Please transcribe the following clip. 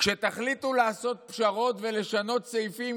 כשתחליטו לעשות פשרות ולשנות סעיפים,